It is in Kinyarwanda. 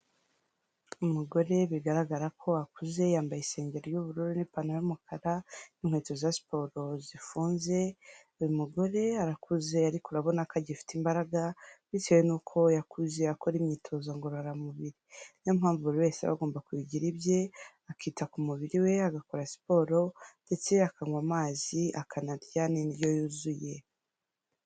Umugore bigaragara ko akuze, yambaye isengeri y'ubururu n'ipantaro y'umukara n'inkweto za siporo zifunze, uyu mugore arakuze ariko urabona ko agifite imbaraga bitewe n'uko yakuze akora imyitozo ngororamubiri. Ni yo mpamvu buri wese aba agomba kubigira ibye, akita ku mubiri we, agakora siporo ndetse akanywa amazi, akanarya n'indyo yuzuye.